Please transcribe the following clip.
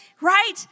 right